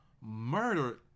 murder